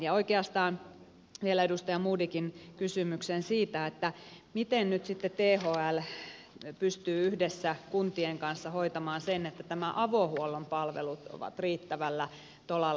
ja oikeastaan vielä edustaja modigin kysymykseen siitä miten nyt sitten thl pystyy yhdessä kuntien kanssa hoitamaan sen että nämä avohuollon palvelut ovat riittävällä tolalla